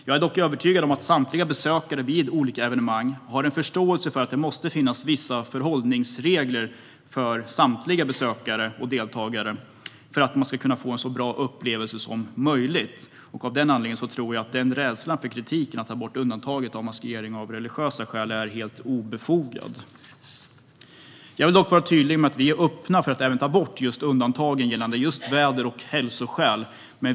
Jag är dock övertygad om att samtliga besökare vid olika evenemang har förståelse för att det måste finnas vissa förhållningsregler för samtliga besökare och deltagare för att alla ska kunna få en så bra upplevelse som möjligt. Av denna anledning tror jag att rädslan för kritik mot att ta bort undantaget för maskering av religiösa skäl är obefogad. Jag vill vara tydlig med att vi är öppna för att även ta bort undantagen gällande väder och hälsoskäl.